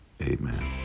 amen